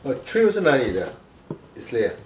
but Three Wood 是哪里的 Islay ah